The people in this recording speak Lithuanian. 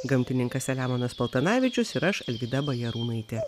gamtininkas selemonas paltanavičius ir aš alvyda bajarūnaitė